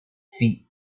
feet